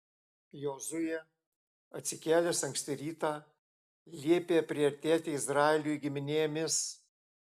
jozuė atsikėlęs anksti rytą liepė priartėti izraeliui giminėmis